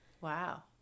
Wow